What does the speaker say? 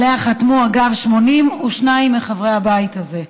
שעליה חתמו, אגב, 82 מחברי הבית הזה.